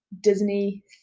disney